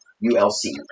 u-l-c